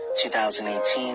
2018